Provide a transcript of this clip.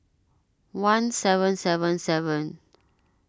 one seven seven seven